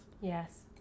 Yes